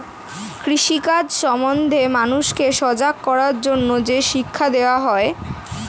কৃষি কাজ সম্বন্ধে মানুষকে সজাগ করার জন্যে যে শিক্ষা দেওয়া হয়